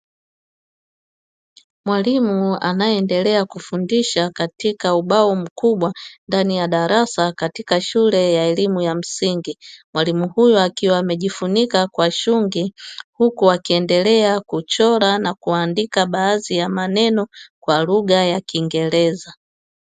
Mwalimu anayeendelea kufundisha katika ubao mkubwa ndani ya darasa katika shule ya elimu ya msingi. Mwalimu huyu akiwa amejifunika kwa shungi huku akiendelea kuchora na kuandika baadhi ya maneno kwa lugha ya kiingereza.